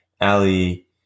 Ali